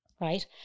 Right